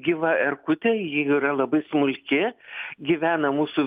gyva erkutė ji yra labai smulki gyvena mūsų